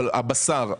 אבל הבשר,